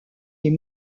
est